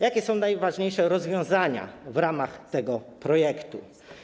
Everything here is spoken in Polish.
Jakie są najważniejsze rozwiązania w ramach tego projektu?